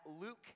Luke